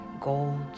gold